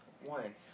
One